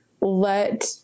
let